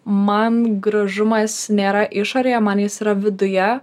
man gražumas nėra išorėje man jis yra viduje